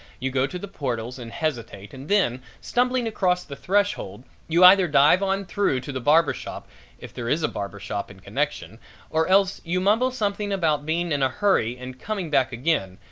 you go to the portals and hesitate and then, stumbling across the threshold, you either dive on through to the barber shop if there is a barber shop in connection or else you mumble something about being in a hurry and coming back again,